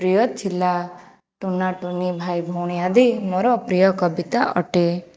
ପ୍ରିୟ ଥିଲା ଟୁନା ଟୁନି ଭାଇ ଭଉଣୀ ଆଦି ମୋର ପ୍ରିୟ କବିତା ଅଟେ